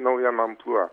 naujam amplua